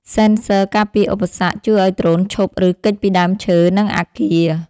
សេនស័រការពារឧបសគ្គ ជួយឱ្យដ្រូនឈប់ ឬគេចពីដើមឈើ និងអាគារ។